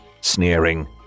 sneering